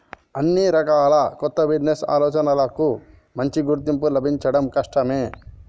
అన్ని రకాల కొత్త బిజినెస్ ఆలోచనలకూ మంచి గుర్తింపు లభించడం కష్టమే